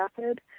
method